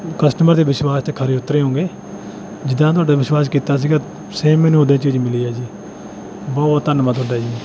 customer ਦੇ ਵਿਸ਼ਵਾਸ 'ਤੇ ਖਰੇ ਉਤਰੇ ਹੋਗੇ ਜਿੱਦਾਂ ਤੁਹਾਡੇ ਵਿਸ਼ਵਾਸ ਕੀਤਾ ਸੀਗਾ ਸੇਮ ਮੈਨੂੰ ਉੱਦਾਂ ਚੀਜ਼ ਮਿਲੀ ਹੈ ਜੀ ਬਹੁਤ ਧੰਨਵਾਦ ਤੁਹਾਡਾ ਜੀ